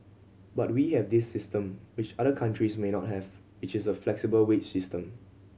but we have this system which other countries may not have which is a flexible wage system